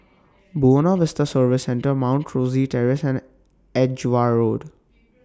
Buona Vista Service Centre Mount Rosie Terrace and Edgware Road